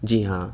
جی ہاں